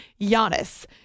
Giannis